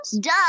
Duh